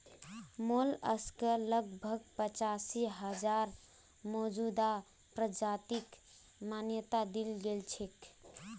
mollusc लगभग पचासी हजार मौजूदा प्रजातिक मान्यता दील गेल छेक